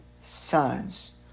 sons